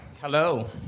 Hello